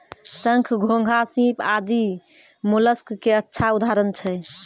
शंख, घोंघा, सीप आदि मोलस्क के अच्छा उदाहरण छै